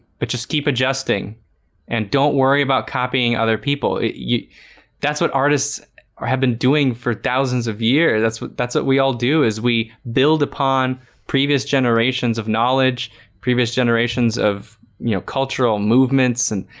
but just keep adjusting and don't worry about copying other people you that's what artists or have been doing for thousands of years that's what that's what we all do is we build upon previous generations of knowledge previous generations of you know cultural movements and